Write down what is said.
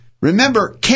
Remember